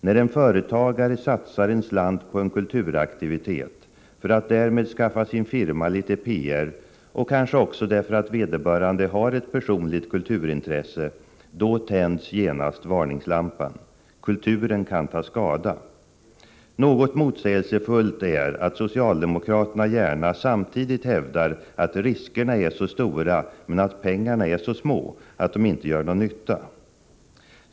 När en företagare satsar en slant på en kulturaktivitet för att därmed skaffa sin firma litet PR och kanske också därför att vederbörande har ett personligt kulturintresse, då tänds genast varningslampan. Kulturen kan ta skada. Något motsägelsefullt är att socialdemokraterna gärna samtidigt hävdar att riskerna är så stora men att pengarna är så små att de inte gör någon nytta.